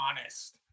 honest